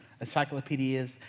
encyclopedias